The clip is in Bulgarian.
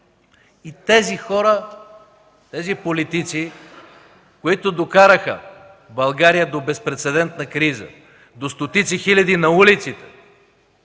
И тези хора, тези политици, които докараха България до безпрецедентна криза, до стотици хиляди на улиците,